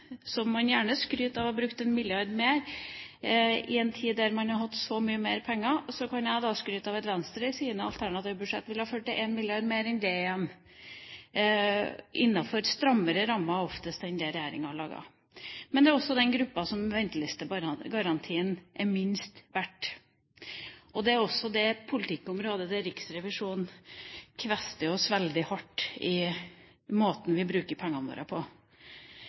som man gjerne skryter av å ha brukt en milliard mer på, i en tid da man har hatt så mye mer penger. Så kan jeg skryte av at Venstres alternative budsjetter ville ha ført til en milliard mer enn det igjen, oftest innenfor strammere rammer enn dem regjeringa har laget. Men det er også den gruppa der ventelistegarantien er minst verdt. Og det er også det politikkområdet der Riksrevisjonen kvester oss veldig hardt for måten vi bruker pengene våre på.